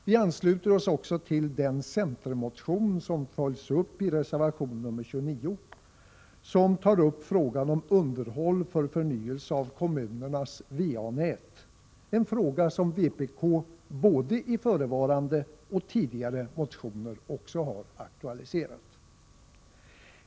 Vi ansluter oss även till den centermotion som följs upp i reservation 28, där frågan om underhåll och förnyelse av kommunernas stora VA-nät tas upp, en fråga som vpk har aktualiserat både i förevarande motion och i tidigare motioner.